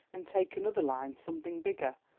and take another line, something bigger.